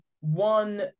one